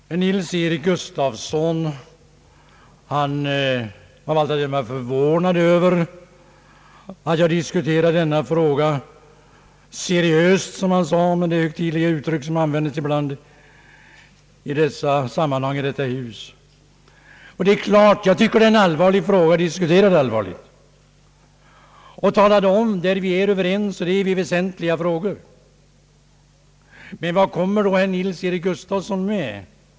Herr Nils-Eric Gustafsson var av allt att döma förvånad över att jag diskuterat denna fråga seriöst som han sade — det är ett högtidligt uttryck som användes ibland i dessa sammanhang i detta hus. Det är en allvarlig fråga, och jag tycker att den bör diskuteras allvarligt. Jag talade om att vi är överens i väsentliga frågor. Men vad kommer då herr Nils-Eric Gustafsson med?